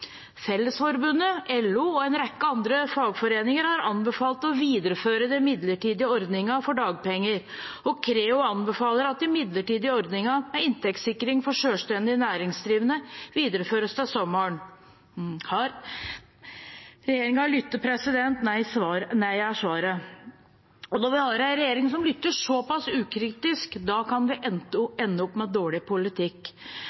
Fellesforbundet, LO og en rekke andre fagforeninger har anbefalt å videreføre den midlertidige ordningen for dagpenger. Creo anbefaler at de midlertidige ordningene med inntektssikring for selvstendig næringsdrivende videreføres til sommeren. Har regjeringen lyttet? Nei er svaret. Når vi har en regjering som lytter såpass ukritisk, kan vi